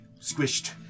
squished